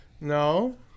No